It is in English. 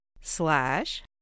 slash